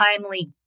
timely